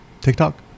TikTok